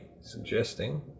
suggesting